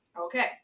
Okay